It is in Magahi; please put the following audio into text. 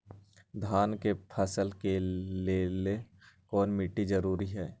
धान के फसल के लेल कौन मिट्टी जरूरी है?